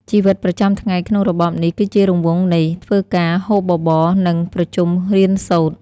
ជីវិតប្រចាំថ្ងៃក្នុងរបបនេះគឺជារង្វង់នៃ "ធ្វើការ ហូបបបរ និងប្រជុំរៀនសូត្រ"។